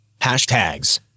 hashtags